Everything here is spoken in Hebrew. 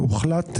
הוחלט,